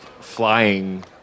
flying